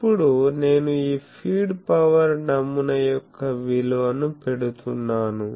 ఇప్పుడు నేను ఈ ఫీడ్ పవర్ నమూనా యొక్క విలువను పెడుతున్నాను